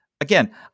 again